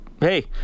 hey